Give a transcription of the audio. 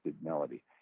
melody